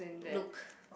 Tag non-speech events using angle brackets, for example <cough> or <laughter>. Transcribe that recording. look <breath>